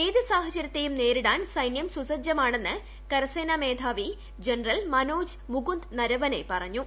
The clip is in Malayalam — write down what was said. ഏതു സാഹചര്യത്തെയും നേരിടാൻ സൈന്യം സുസജ്ജമാണെന്ന് കരസേനാ മേധാവി ജനറൽ മനോജ് മുകുന്ദ് നരവനെ പറഞ്ഞു